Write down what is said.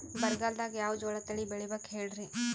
ಬರಗಾಲದಾಗ್ ಯಾವ ಜೋಳ ತಳಿ ಬೆಳಿಬೇಕ ಹೇಳ್ರಿ?